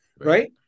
right